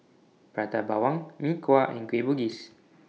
Prata Bawang Mee Kuah and Kueh Bugis